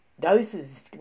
Doses